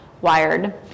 wired